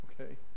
Okay